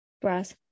Brass